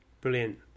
Brilliant